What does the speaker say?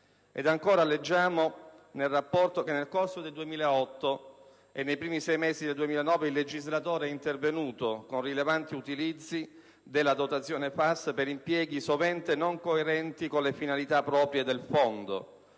Ed ancora, si legge nel Rapporto che nel corso del 2008 e nei primi sei mesi del 2009 il legislatore è intervenuto con rilevanti utilizzi della dotazione FAS per impieghi sovente non coerenti con le finalità proprie del Fondo.